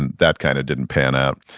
and that kind of didn't pan out.